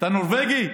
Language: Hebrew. אתה נורבגי?